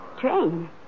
Train